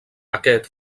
aquest